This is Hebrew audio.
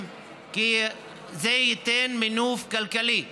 זה ייתן מינוף כלכלי חשוב,